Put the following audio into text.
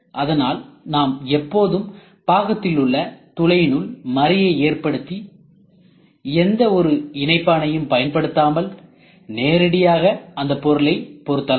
அதனால் நாம் எப்போதும் பாகத்திலுள்ள துளையினுள் மறையை ஏற்படுத்தி எந்த ஒரு இணைப்பானையும் பயன்படுத்தாமல் நேரடியாக அந்தப் பொருளை பொருத்தலாம்